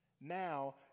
now